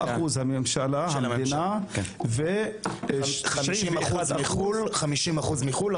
9% המדינה ו-91% --- 50% מחו"ל,